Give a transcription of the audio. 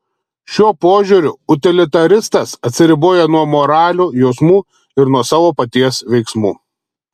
šiuo požiūriu utilitaristas atsiriboja nuo moralių jausmų ir nuo savo paties veiksmų